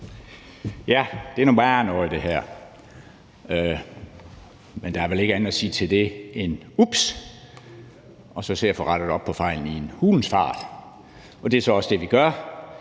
Ja, det her er noget værre noget, men der er vel ikke andet at sige til det end ups og så se at få rettet op på fejlen i en hulens fart. Det er så også det, vi gør,